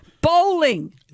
Bowling